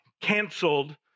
canceled